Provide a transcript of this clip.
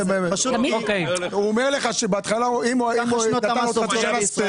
הוא אומר לך שבהתחלה, אם הוא קיבל חצי שנה Spare